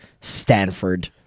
Stanford